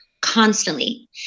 constantly